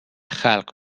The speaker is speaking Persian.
خلق